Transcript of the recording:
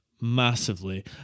massively